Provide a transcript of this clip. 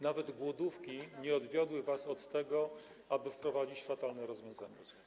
Nawet głodówki nie odwiodły was od tego, aby wprowadzić fatalne rozwiązania.